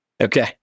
Okay